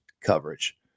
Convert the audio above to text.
coverage